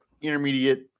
intermediate